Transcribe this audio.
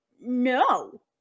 no